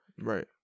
Right